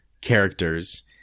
characters